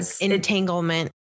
entanglement